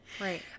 Right